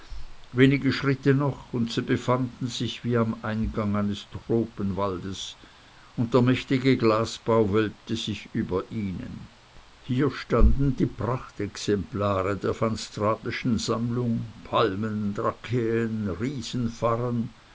wenige schritte noch und sie befanden sich wie am eingang eines tropenwaldes und der mächtige glasbau wölbte sich über ihnen hier standen die prachtexemplare der van der straatenschen sammlung palmen